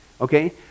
okay